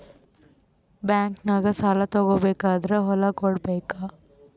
ಬ್ಯಾಂಕ್ನಾಗ ಸಾಲ ತಗೋ ಬೇಕಾದ್ರ್ ಹೊಲ ಕೊಡಬೇಕಾ?